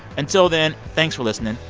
until then, thanks for listening.